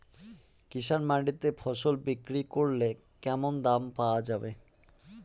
কৃষি মান্ডিতে ফসল বিক্রি করলে কেমন দাম পাওয়া যাবে?